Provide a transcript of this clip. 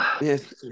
Yes